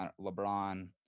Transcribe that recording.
LeBron